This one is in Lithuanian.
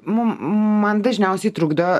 man dažniausiai trukdo